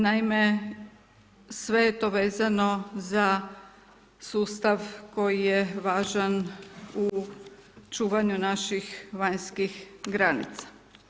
Naime sve je to vezano za sustav koji je važan u čuvanju naših vanjskih granica.